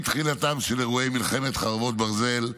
עם תחילתם של אירועי מלחמת חרבות ברזל,